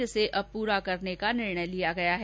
जिसे अब पूरा करने का निर्णय लिया गया है